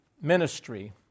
ministry